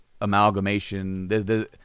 amalgamation